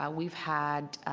ah we've had